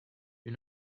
you